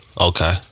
okay